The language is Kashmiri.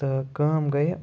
تہٕ کٲم گٔیہِ